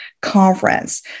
conference